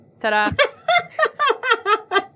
Ta-da